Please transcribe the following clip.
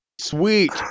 sweet